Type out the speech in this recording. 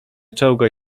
czołgaj